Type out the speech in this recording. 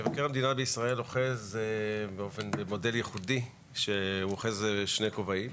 מבקר המדינה בישראל אוחז במודל ייחודי בשני כובעים: